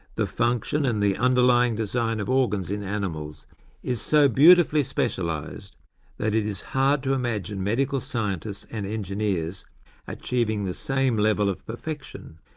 the function and the underlying design of organs in animals is so beautifully specialised that it is hard to imagine medical scientists and engineers achieving the same level of perfection.